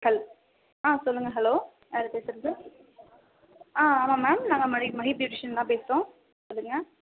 ஹல் ஆ சொல்லுங்க ஹலோ யார் பேசுவது ஆ ஆமாம் மேம் நாங்கள் மதி மஹி ப்யூட்டிஷன் தான் பேசுகிறோம் சொல்லுங்க